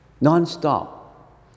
Non-stop